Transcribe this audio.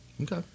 Okay